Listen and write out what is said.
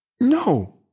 No